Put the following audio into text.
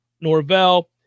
Norvell